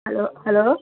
hello hello